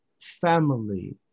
family